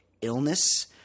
illness